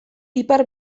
ipar